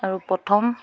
আৰু প্ৰথম